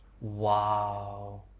Wow